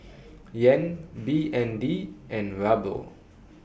Yen B N D and Ruble